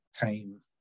time